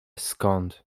skąd